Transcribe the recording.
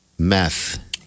Meth